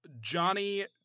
Johnny